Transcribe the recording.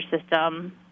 system